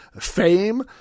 fame